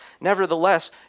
Nevertheless